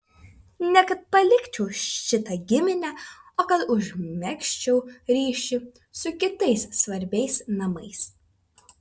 ne kad palikčiau šitą giminę o kad užmegzčiau ryšį su kitais svarbiais namais